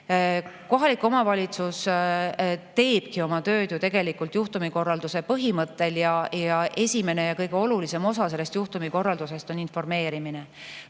Kohalik omavalitsus teebki oma tööd ju tegelikult juhtumikorralduse põhimõttel ning esimene ja kõige olulisem osa sellest juhtumikorraldusest on informeerimine.